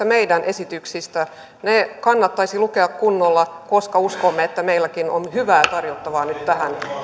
meidän esityksistämme ne kannattaisi lukea kunnolla koska uskomme että meilläkin on hyvää tarjottavaa nyt tähän